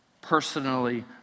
personally